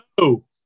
No